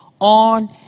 on